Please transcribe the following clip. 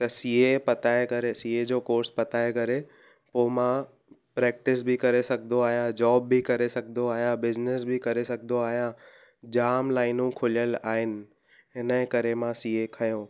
त सीए पताए करे सीए जो कोर्स पताए करे पोइ मां प्रैक्टिस बि करे सघंदो आहियां जॉब बि करे सघंदो आहियां बिजनेस बि करे सघंदो आहियां जामु लाइनूं खुलियल आहिनि हिन जे करे मां सीए खंयो